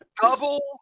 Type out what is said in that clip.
Double